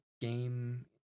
game